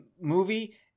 movie